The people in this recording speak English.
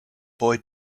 boy